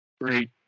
great